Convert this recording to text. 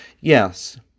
Yes